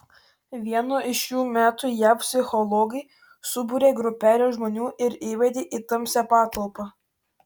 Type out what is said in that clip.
vieno iš jų metu jav psichologai subūrė grupelę žmonių ir įvedė į tamsią patalpą